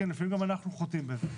לפעמים אנחנו גם חוטאים בזה.